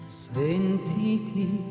sentiti